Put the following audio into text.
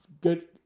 Good